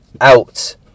out